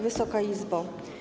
Wysoka Izbo!